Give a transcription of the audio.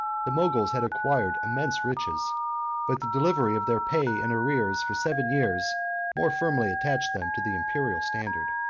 the moguls had acquired immense riches but the delivery of their pay and arrears for seven years more firmly attached them to the imperial standard.